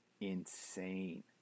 Insane